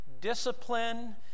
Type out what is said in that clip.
discipline